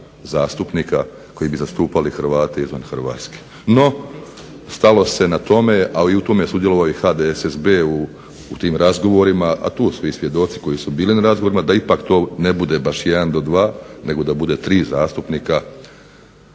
Hrvate izvan Hrvatske.